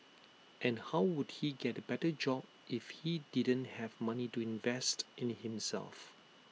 and how would he get A better job if he didn't have money to invest in himself